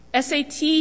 SAT